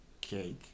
cake